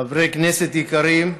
חברי כנסת יקרים,